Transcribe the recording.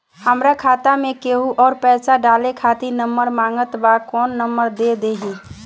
हमार खाता मे केहु आउर पैसा डाले खातिर नंबर मांगत् बा कौन नंबर दे दिही?